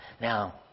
Now